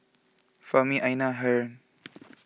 Fahmi Aina Haron